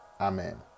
amen